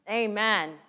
Amen